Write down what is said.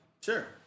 Sure